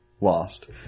Lost